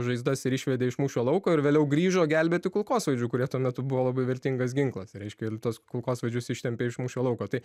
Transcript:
žaizdas ir išvedė iš mūšio lauko ir vėliau grįžo gelbėti kulkosvaidžių kurie tuo metu buvo labai vertingas ginklas reiškia tas kulkosvaidžius ištempė iš mūšio lauko tai